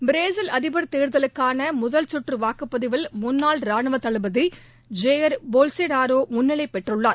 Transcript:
Brazil அதிபர் தேர்தலுக்கான முதல் சுற்று வாக்குப் பதிவில் முன்னாள் ராணுவ தளபதி ஜெயர் பெலாசோனோரா முன்னிலை பெற்றுள்ளார்